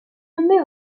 nommé